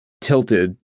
tilted